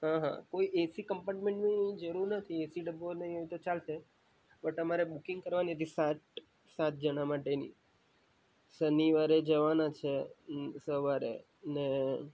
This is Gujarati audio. હા હા કોઈ એસી કંપાર્ટમેન્ટની જરૂર નથી એસી ડબો નહીં હોય તો ચાલશે બટ અમારે બુકિંગ કરવાની હતી સાત સાત જણા માટેની શનિવારે જવાના છે સવારે ને